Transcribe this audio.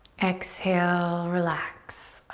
exhale, relax.